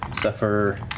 suffer